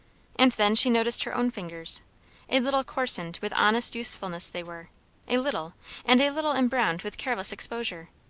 and then she noticed her own fingers a little coarsened with honest usefulness they were a little and a little embrowned with careless exposure.